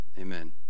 Amen